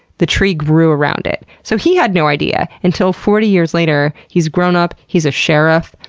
the tree grew around it. so he had no idea until forty years later, he's grown up, he's a sheriff,